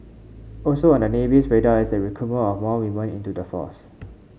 also on the Navy's radar is the recruitment of more women into the force